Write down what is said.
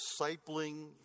discipling